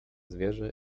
zwierzę